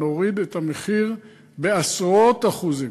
נוריד את המחיר בעשרות אחוזים.